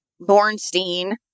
Bornstein